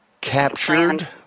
Captured